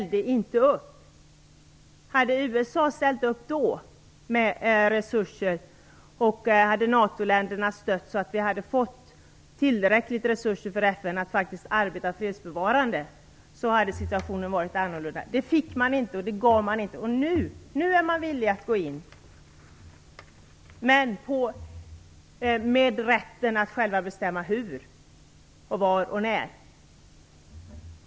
Om USA då hade ställt upp med resurser och om NATO länderna hade gett sitt stöd, så att FN hade fått tillräckligt med resurser för att kunna arbeta fredsbevarande, skulle situationen ha varit annorlunda. De resurserna fick man inte, och de gavs inte. Nu är man villiga att gå in, men med rätten att själv bestämma hur, var och när.